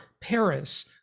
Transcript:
Paris